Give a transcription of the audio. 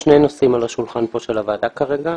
יש שני נושאים על השולחן של הוועדה כרגע,